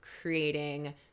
creating